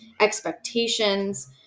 expectations